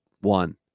one